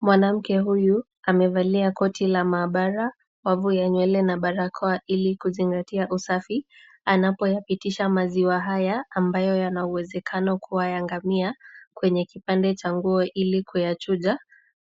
Mwanamke huyu amevalia koti la maabara, wavu ya nywele na barakoa ili kuzingatia usafi anapoyapitisha maziwa haya ambayo yana uwezekano kuwa ya ngamia, kwenye kipande cha nguo ili kuyachuja,